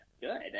good